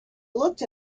looked